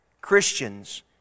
Christians